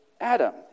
Adam